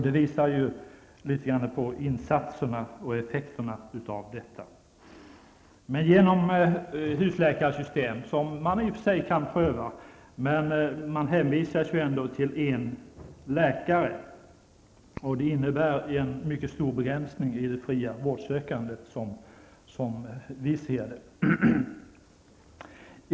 Det visar litet grand av insatserna och effekterna av dessa. Med ett husläkarsystem hänvisas man till en läkare. Det innebär en mycket stor begränsning i det fria vårdsökandet.